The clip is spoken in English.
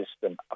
system